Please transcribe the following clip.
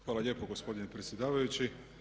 Hvala lijepo gospodine predsjedavajući.